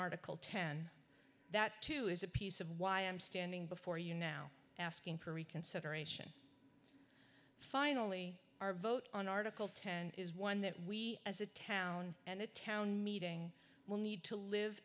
article ten that too is a piece of why i am standing before you now asking for reconsideration finally our vote on article ten is one that we as a town and a town meeting will need to live